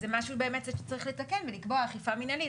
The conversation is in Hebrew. אז זה משהו שצריך לתקן ולקבוע אכיפה מנהלית